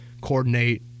coordinate